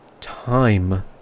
time